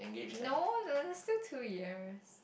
no there's still two years